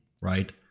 right